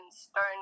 stone